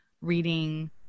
reading